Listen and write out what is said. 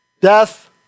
death